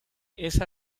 esa